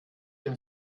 dem